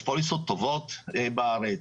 יש פוליסות טובות בארץ,